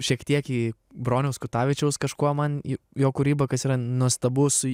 šiek tiek į broniaus kutavičiaus kažkuo man į jo kūrybą kas yra nuostabus